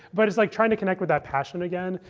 but it's like trying to connect with that passion again,